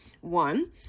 One